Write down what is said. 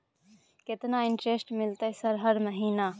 केतना इंटेरेस्ट मिलते सर हर महीना?